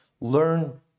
Learn